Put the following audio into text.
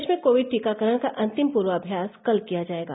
प्रदेश में कोविड टीकाकरण का अंतिम पूर्वाभ्यास कल किया जाएगा